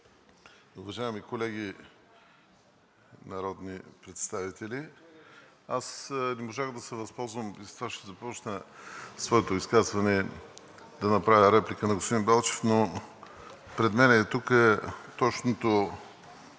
Уважаеми колеги народни представители! Не можах да се възползвам – и с това ще започна своето изказване – да направя реплика на господин Белчев. Пред мен е точното